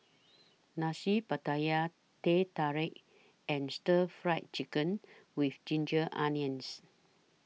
Nasi Pattaya Teh Tarik and Stir Fry Chicken with Ginger Onions